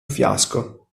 fiasco